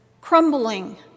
crumbling